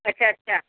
अच्छा अच्छा